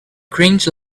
cringe